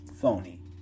phony